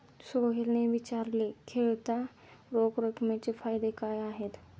सोहेलने विचारले, खेळत्या रोख रकमेचे फायदे काय आहेत?